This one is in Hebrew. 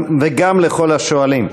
וגם לכל השואלים.